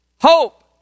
Hope